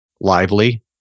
Lively